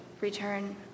return